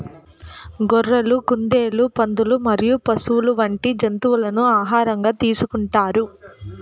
గొర్రెలు, కుందేళ్లు, పందులు మరియు పశువులు వంటి జంతువులను ఆహారంగా తీసుకుంటారు